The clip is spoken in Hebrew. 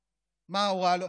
מה הוראה?